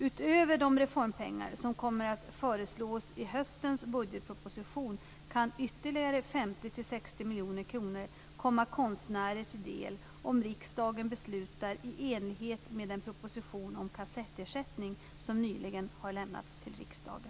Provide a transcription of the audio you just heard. Utöver de reformpengar som kommer att föreslås i höstens budgetproposition kan ytterligare 50 60miljoner kronor komma konstnärer till del om riksdagen beslutar i enlighet med den proposition om kassettersättning som nyligen har lämnats till riksdagen.